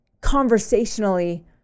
conversationally